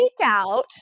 takeout